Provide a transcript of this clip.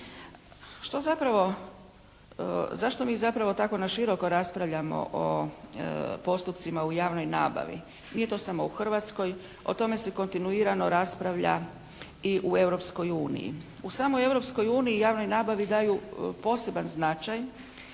zašto mi zapravo tako na široko raspravljamo o postupcima u javnoj nabavi? Nije to samo u Hrvatskoj. O tome se kontinuirano raspravlja i u Europskoj uniji. U samoj Europskoj uniji javnoj nabavi daju poseban značaj